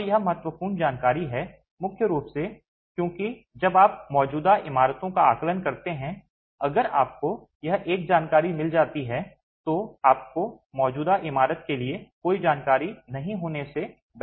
और यह महत्वपूर्ण जानकारी है मुख्य रूप से क्योंकि जब आप मौजूदा इमारतों का आकलन करते हैं अगर आपको यह एक जानकारी मिल सकती है तो आपको मौजूदा इमारत के लिए कोई जानकारी नहीं होने से बेहतर रखा गया है